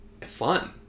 fun